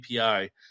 API